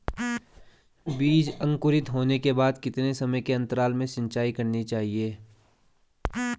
बीज अंकुरित होने के बाद कितने समय के अंतराल में सिंचाई करनी चाहिए?